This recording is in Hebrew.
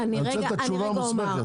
אני רוצה את התשובה המוסמכת.